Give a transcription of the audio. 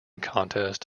contest